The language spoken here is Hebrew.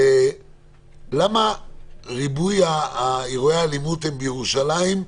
למה ריבוי אירועי האלימות הם בירושלים,